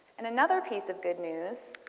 and another piece of good news,